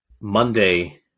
Monday